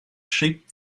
sheep